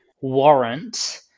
warrant